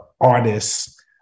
artists